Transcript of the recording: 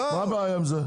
מה הבעיה עם זה?